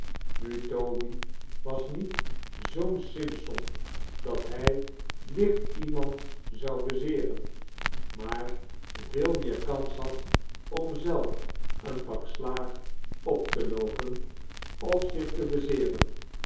nu toby was niet zoo'n simson dat hij licht iemand zou beeeeren maar veel meer kans had om zelf een pak slaag op te loopen of zioh te